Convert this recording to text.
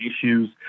issues